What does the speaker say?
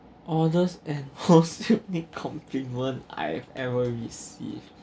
orders and host unique compliment I've ever received